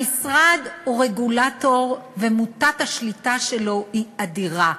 המשרד הוא רגולטור ומוטת השליטה שלו היא אדירה.